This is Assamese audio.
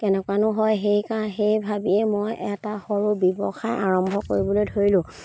কেনেকুৱানো হয় সেইকাৰণে সেই ভাবিয়ে মই এটা সৰু ব্যৱসায় আৰম্ভ কৰিবলৈ ধৰিলোঁ